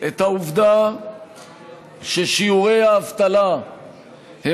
את העובדה ששיעורי האבטלה הם,